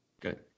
Good